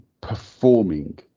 performing